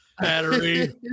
battery